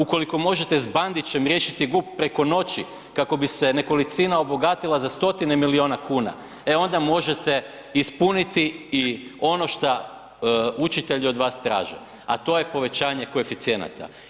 Ukoliko možete s Bandićem riješiti GUP preko noći kako bi se nekolicina obogatila za stotine milijuna kuna, e onda možete ispuniti i ono šta učitelji od vas traže, a to je povećanje koeficijenata.